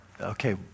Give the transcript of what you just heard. okay